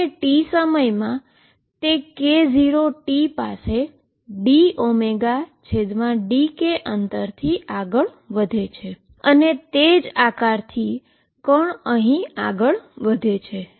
અને t સમય માં તે k0 t પારે dω dk અંતરથી આગળ વધે છે અને તે જ શેઈપથી પાર્ટીકલ અહીં આગળ વધે છે